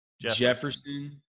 Jefferson